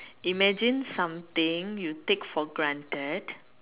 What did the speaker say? imagine something you take something for granted